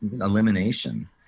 elimination